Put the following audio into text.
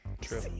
True